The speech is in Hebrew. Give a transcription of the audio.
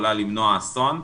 יכולה למנוע אסון.